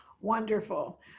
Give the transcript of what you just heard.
Wonderful